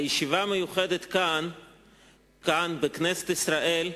הישיבה מיוחדת כאן בכנסת ישראל,